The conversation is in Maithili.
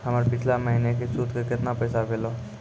हमर पिछला महीने के सुध के केतना पैसा भेलौ?